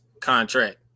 contract